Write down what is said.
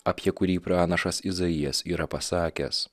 apie kurį pranašas izaijas yra pasakęs